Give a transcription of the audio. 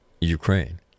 Ukraine